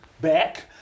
back